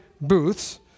booths